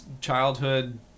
childhood